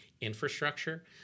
infrastructure